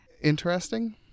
Interesting